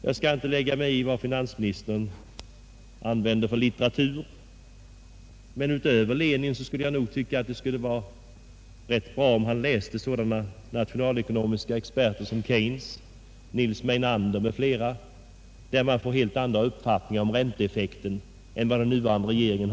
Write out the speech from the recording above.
Jag skall inte lägga mig i vad finansministern använder för litteratur, men jag skulle anse att det vore ganska bra om han utöver Lenin läste verk av sådana nationalekonomiska experter som Keynes, Nils Meinander m.fl.. De har helt andra uppfattningar om ränteeffekten än den nuvarande regeringen.